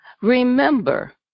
Remember